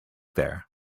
there